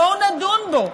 בואו נדון בו.